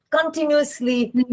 continuously